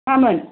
मामोन